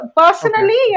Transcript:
personally